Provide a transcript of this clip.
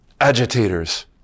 agitators